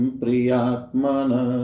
priyatmana